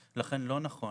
לכן לא נכון